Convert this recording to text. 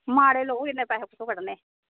माड़े लोग इन्ने पैसे कुत्थां कड्ढने